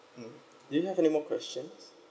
mm do you have any more questions